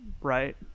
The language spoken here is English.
right